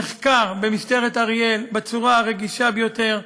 נחקר, במשטרת אריאל, בצורה הרגישה ביותר,